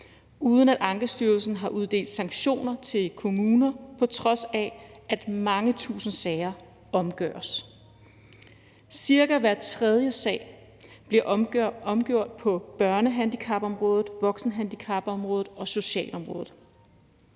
uden at Ankestyrelsen har uddelt sanktioner til kommuner, på trods af at mange tusind sager omgøres. Cirka hver tredje sag bliver omgjort på børnehandicapområdet, voksenhandicapområdet og socialområdet.